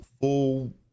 full